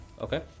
okay